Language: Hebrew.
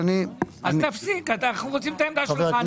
אנחנו רוצים את העמדה שלך.